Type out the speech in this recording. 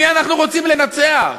למי אנחנו הולכים מחר בבוקר?